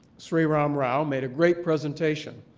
srirama um rao, made a great presentation.